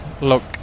look